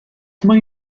mae